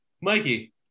Mikey